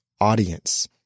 audience